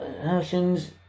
actions